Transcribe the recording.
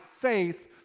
faith